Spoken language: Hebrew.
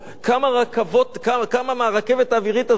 כמה יצאו ברכבת האווירית הזאת.